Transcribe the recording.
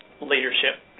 leadership